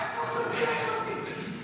מה היית עושה בלי יאיר לפיד?